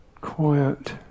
quiet